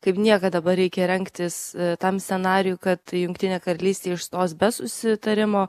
kaip niekad dabar reikia rengtis tam scenarijui kad jungtinė karalystė išstos be susitarimo